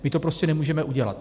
My to prostě nemůžeme udělat.